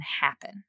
happen